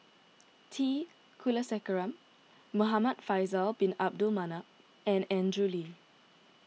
T Kulasekaram Muhamad Faisal Bin Abdul Manap and Andrew Lee